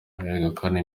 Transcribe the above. begukana